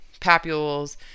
papules